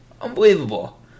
Unbelievable